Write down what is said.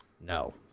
No